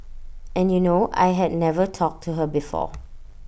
and you know I had never talked to her before